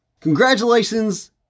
Congratulations